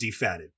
defatted